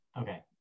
Okay